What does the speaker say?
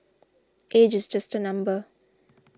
age is just a number